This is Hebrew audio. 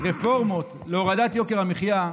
רפורמות להורדת יוקר המחיה,